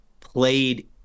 played